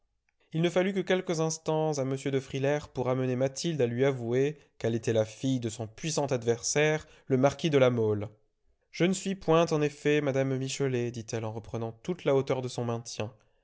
il ne fallut que quelques instants à m de frilair pour amener mathilde à lui avouer qu'elle était la fille de son puissant adversaire le marquis de la mole je ne suis point en effet mme michelet dit-elle en reprenant toute la hauteur de son maintien